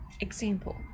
example